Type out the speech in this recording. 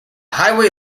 highway